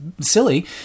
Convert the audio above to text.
silly